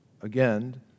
Again